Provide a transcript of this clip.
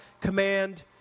command